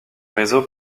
réseau